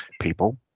people